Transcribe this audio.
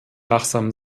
wachsam